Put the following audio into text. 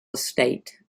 estate